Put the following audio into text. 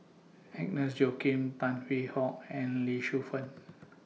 Agnes Joaquim Tan Hwee Hock and Lee Shu Fen